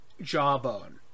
jawbone